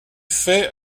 fait